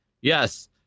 yes